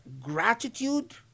gratitude